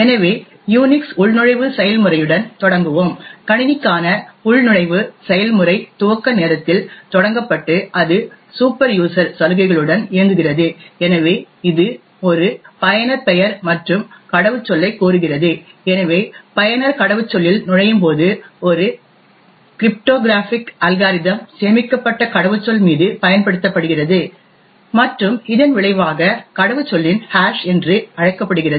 எனவே யூனிக்ஸ் உள்நுழைவு செயல்முறையுடன் தொடங்குவோம் கணினிக்கான உள்நுழைவு செயல்முறை துவக்க நேரத்தில் தொடங்கப்பட்டு அது சூப்பர் யூசர் சலுகைகளுடன் இயங்குகிறது எனவே இது ஒரு பயனர்பெயர் மற்றும் கடவுச்சொல்லைக் கோருகிறது எனவே பயனர் கடவுச்சொல்லில் நுழையும்போது ஒரு கிரிப்டோகிராஃபிக் அல்காரிதம் சேமிக்கப்பட்ட கடவுச்சொல் மீது பயன்படுத்தப்படுகிறது மற்றும் இதன் விளைவாக கடவுச்சொல்லின் ஹாஷ் என்று அழைக்கப்படுகிறது